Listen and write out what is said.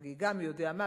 חגיגה מי יודע מה,